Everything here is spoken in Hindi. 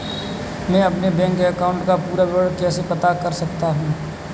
मैं अपने बैंक अकाउंट का पूरा विवरण कैसे पता कर सकता हूँ?